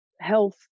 health